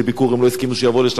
העיפו את האנשים בו ביום.